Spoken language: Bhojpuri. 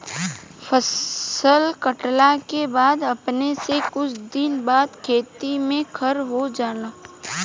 फसल काटला के बाद अपने से कुछ दिन बाद खेत में खर हो जाला